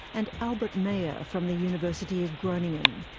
and albert meijer from the university of groningen.